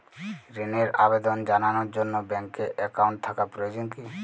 ঋণের আবেদন জানানোর জন্য ব্যাঙ্কে অ্যাকাউন্ট থাকা প্রয়োজন কী?